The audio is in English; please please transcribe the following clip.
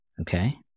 Okay